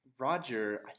Roger